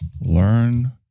Learn